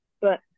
but-